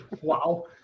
Wow